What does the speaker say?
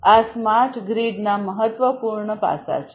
આ સ્માર્ટ ગ્રીડના મહત્વપૂર્ણ પાસાં છે